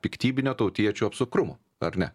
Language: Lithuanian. piktybinio tautiečių apsukrumo ar ne